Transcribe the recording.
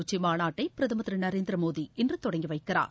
உச்சிமாநாட்டை பிரதமர் திரு நரேந்திர மோதி இன்று தொடங்கி வைக்கிறார்